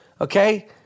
Okay